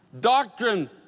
Doctrine